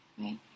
right